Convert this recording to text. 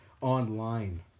online